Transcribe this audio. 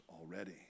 already